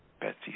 Betsy